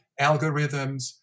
algorithms